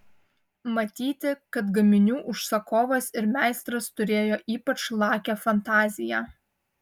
matyti kad gaminių užsakovas ir meistras turėjo ypač lakią fantaziją